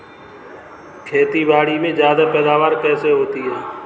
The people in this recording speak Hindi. खेतीबाड़ी में ज्यादा पैदावार कैसे होती है?